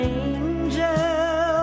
angel